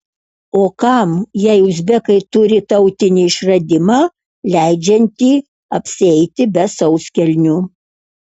o kam jei uzbekai turi tautinį išradimą leidžiantį apsieiti be sauskelnių